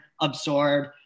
absorb